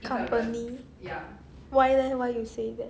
company why leh why you say that